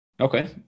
okay